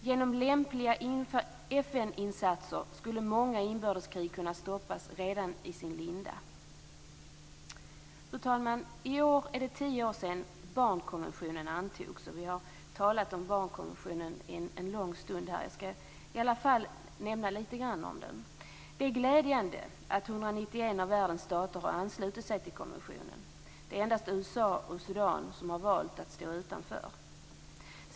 Genom lämpliga FN-insatser skulle många inbördeskrig kunna stoppas redan i sin linda. Fru talman! I år är det tio år sedan barnkonventionen antogs. Vi har talat om barnkonventionen en lång stund här. Jag skall i alla fall nämna lite om den. Det är glädjande att 191 av världens stater har anslutit sig till konventionen. Endast USA och Sudan har valt att stå utanför.